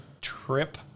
trip